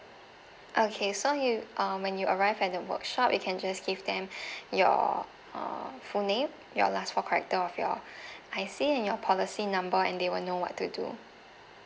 okay so you um when you arrive at the workshop you can just give them your uh full name your last four character of your I_C and your policy number and they will know what to do